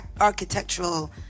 architectural